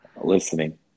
Listening